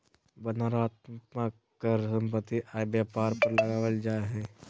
वर्णनात्मक कर सम्पत्ति, आय, व्यापार पर लगावल जा हय